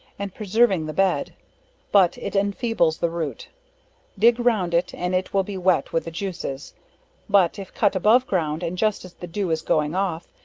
and preserving the bed but it enfeebles the root dig round it and it will be wet with the juices but if cut above ground, and just as the dew is going off,